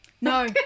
No